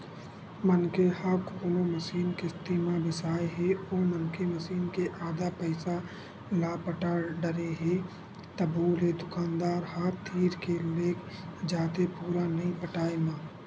मनखे ह कोनो मसीन किस्ती म बिसाय हे ओ मनखे मसीन के आधा पइसा ल पटा डरे हे तभो ले दुकानदार ह तीर के लेग जाथे पुरा नइ पटाय म